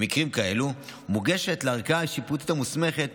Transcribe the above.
במקרים כאלה מוגשת לערכאה השיפוטית המוסמכת,